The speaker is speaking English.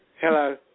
Hello